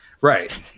Right